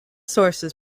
sources